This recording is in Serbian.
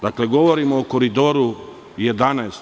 Dakle govorim o Koridoru 11.